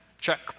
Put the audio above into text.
check